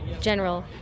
General